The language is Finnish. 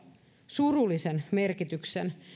surullisen merkityksen